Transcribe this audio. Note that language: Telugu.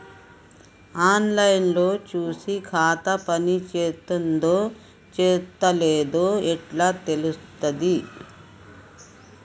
ఆన్ లైన్ లో చూసి ఖాతా పనిచేత్తందో చేత్తలేదో ఎట్లా తెలుత్తది?